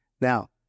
Now